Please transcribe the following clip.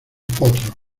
potros